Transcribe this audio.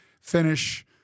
finish